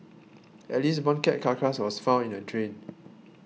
at least one cat carcass was found in a drain